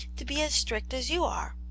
to be as strict as you are.